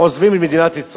עוזבים את מדינת ישראל.